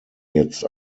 jetzt